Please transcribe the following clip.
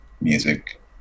music